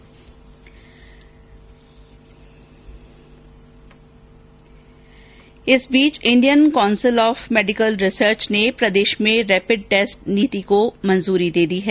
इधर Indian council of medical research ने प्रदेश में रेपिड टेस्ट नीति को मंजूरी दे दी है